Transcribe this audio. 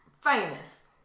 famous